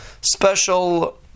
special